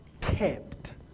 kept